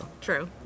True